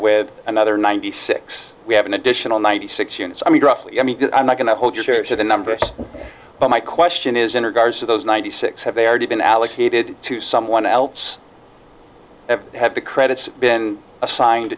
with another ninety six we have an additional ninety six units i mean i'm not going to hold your the numbers but my question is in regards to those ninety six have already been allocated to someone else had the credits been assigned